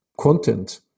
content